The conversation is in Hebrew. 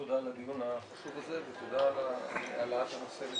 תודה על הדיון החשוב הזה ותודה על העלאת הנושא.